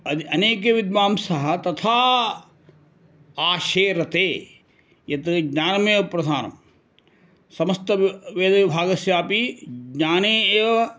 अद् अनेके विद्वांसः तथा आशेरते यत् ज्ञानमेव प्रधानं समस्तवेदविभागस्यापि ज्ञाने एव